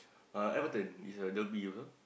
uh Everton is at Dhoby you know